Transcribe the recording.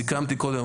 סיכמתי קודם,